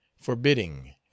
forbidding